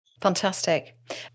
fantastic